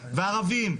וערבים,